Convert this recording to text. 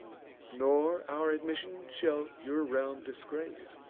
nor our admission shall your realm disgrace,